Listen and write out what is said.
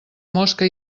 mosca